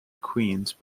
queens